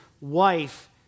wife